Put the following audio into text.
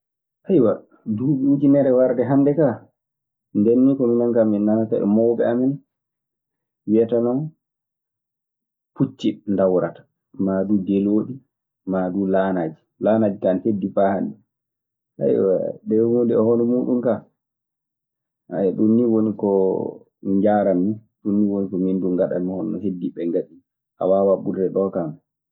duuɗi ujinere warde hannde kaa; ndennii komin nanata e mawɓe amen. Wiyetenoo pucci ndawrata, naa duu gelooɗi, naa duu laanaaji. Laanaaji kaa ana heddii faa hannde, ndee hunnde e hono muuɗum kaa ɗum ni woni ko njaranmi. Dum nii woni ko ngaɗami, honono heddiiɓe ngaɗinii a waawaa ɓurde ɗoo kaano.